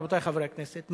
רבותי חברי הכנסת,